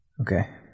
Okay